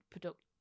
product